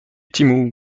timu